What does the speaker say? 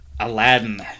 Aladdin